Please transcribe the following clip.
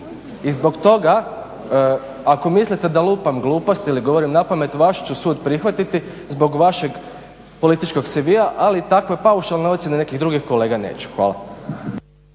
I zbog toga ako mislite da lupam gluposti ili govorim napamet vaš ću sud prihvatiti zbog vašeg političkog CV-a ali takve paušalne ocjene nekih drugih kolega neću. Hvala.